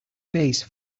base